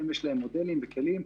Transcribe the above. יש להם מודלים וכלים.